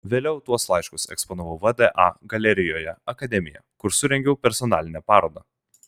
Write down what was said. vėliau tuos laiškus eksponavau vda galerijoje akademija kur surengiau personalinę parodą